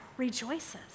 rejoices